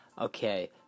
Okay